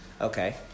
Okay